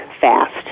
fast